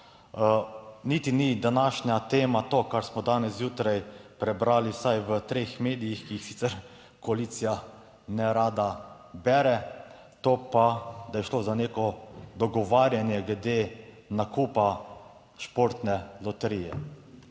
Niti ni današnja tema to, kar smo danes zjutraj prebrali, vsaj v treh medijih, ki jih sicer koalicija nerada bere. To pa, da je šlo za neko dogovarjanje glede nakupa Športne loterije.